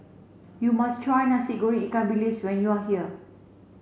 you must try Nasi Goreng Ikan Bilis when you are here